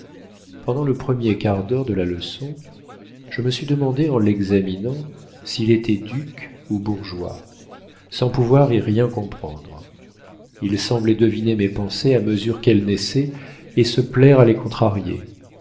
pendant le premier quart d'heure de la leçon je me suis demandé en l'examinant s'il était duc ou bourgeois sans pouvoir y rien comprendre il semblait deviner mes pensées à mesure qu'elles naissaient et se plaire à les contrarier